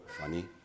funny